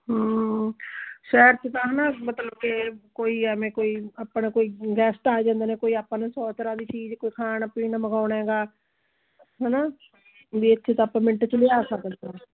ਸ਼ਹਿਰ 'ਚ ਤਾਂ ਨਾ ਮਤਲਬ ਕਿ ਕੋਈ ਐਵੇਂ ਕੋਈ ਆਪਣਾ ਕੋਈ ਗੈਸਟ ਆ ਜਾਂਦੇ ਨੇ ਕੋਈ ਆਪਾਂ ਨੂੰ ਸੌ ਤਰ੍ਹਾਂ ਦੀ ਚੀਜ਼ ਕੋਈ ਖਾਣ ਪੀਣ ਮੰਗਾਉਣਾ ਹੈਗਾ ਹੈ ਨਾ ਵੀ ਇੱਥੇ ਤਾਂ ਆਪਾਂ ਮਿੰਟ 'ਚ ਲਿਆ ਸਕਦੇ ਹਾਂ